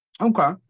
Okay